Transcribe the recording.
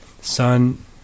Sun